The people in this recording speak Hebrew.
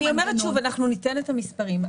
אומרת שוב: אנחנו ניתן את המספרים.